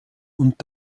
und